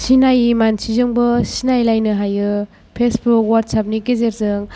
सिनायै मानसिजोंबो सिनायलायनो हायो फेसबुक व्हाट्साप नि गेजेरजों